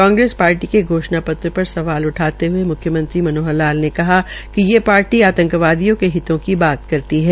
Congress party के घोषणा पत्र पर सवाल उठाते हये म्ख्यमंत्री मनोहर लाल ने कहा कि पार्टी आतंकवादियों के हितो के बात करती है